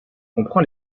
comprend